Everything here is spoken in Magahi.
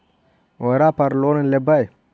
ओरापर लोन लेवै?